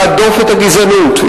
להדוף את הגזענות,